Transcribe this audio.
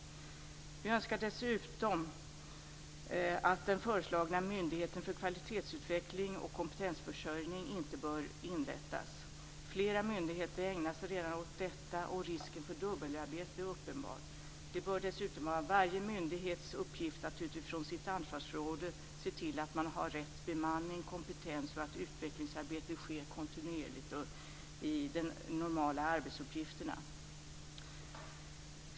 Vi önskar dessutom att den föreslagna myndigheten för kvalitetsutveckling och kompetensförsörjning inte bör inrättas. Flera myndigheter ägnar sig redan åt detta, och risken för dubbelarbete är uppenbar. Det bör dessutom vara varje myndighets uppgift att utifrån sitt ansvarsområde se till att man har rätt bemanning och kompetens för att utvecklingsarbetet sker kontinuerligt och i de normala arbetsuppgifterna.